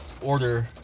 order